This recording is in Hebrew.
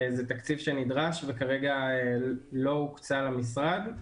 זה תקציב שנדרש וכרגע לא הוקצה למשרד.